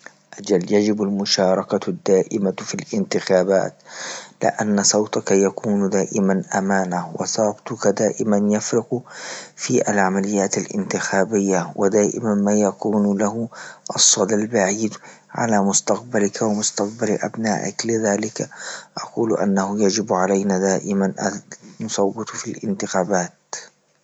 أجل يجب المشاركة الدائمة في الإنتخابات، لأن صوتك يكون دائما أمانة، وصوتك دائما يفرق في العمليات الإنتخابية، ودائما ما يكون له الصدى البعيد على مستقبلك ومستقبل أبنائك، لذلك أقول أنه يجب علينا دائما أن نصوت في إنتخابات.